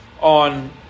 on